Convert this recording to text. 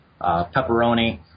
pepperoni